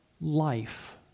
life